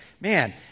man